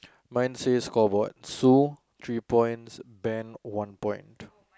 mine says call board so three points band one point